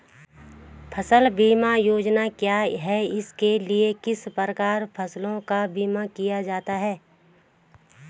फ़सल बीमा योजना क्या है इसके लिए किस प्रकार फसलों का बीमा किया जाता है?